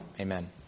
Amen